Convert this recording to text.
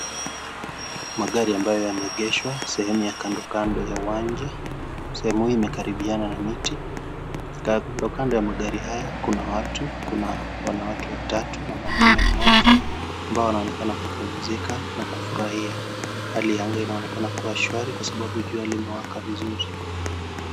Magari ambayo yameegeshwa sehemu ya kandokando ya uwanja ,sehemu hii imekaribiana ma miti kandokando ya magari haya kuna watu kuna wanawake watatu na mwanaume mmoja, ambao wanonekaa kupumzika na kufurahia hali ya anga inaonekana kuwa shwari kwa sababu jua limewaka vizuri.